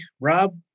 Rob